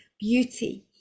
beauty